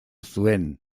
zuen